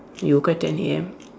you woke up ten A_M